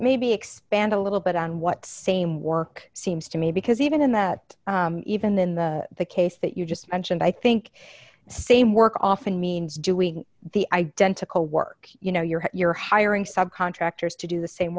maybe expand a little bit on what same work seems to me because even in that even though the case that you just mentioned i think same work often means doing the identical work you know you're you're hiring subcontractors to do the same